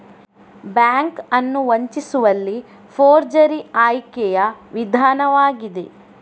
bank ಅನ್ನು ವಂಚಿಸುವಲ್ಲಿ forgery ಆಯ್ಕೆಯ ವಿಧಾನವಾಗಿದೆ